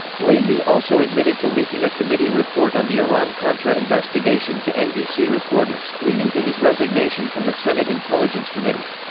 leahy also admitted to leaking a committee report on the iran-contra investigation to nbc reporters, leading to his resignation from the senate intelligence committee.